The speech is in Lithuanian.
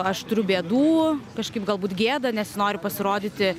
aš turiu bėdų kažkaip galbūt gėda nesinori pasirodyti